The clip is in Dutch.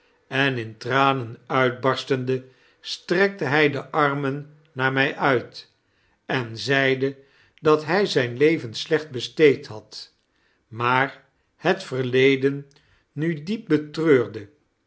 em in tranm udtbarsteo de strekte hij de arxnen naar mij uit en zeide dat hij zijn leveri slecht besteed had maar het verleden nu diep